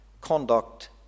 conduct